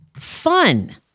Fun